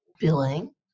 billing